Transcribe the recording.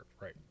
right